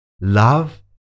love